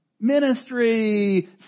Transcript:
ministry